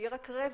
יהיה רק רווח.